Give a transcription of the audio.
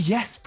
Yes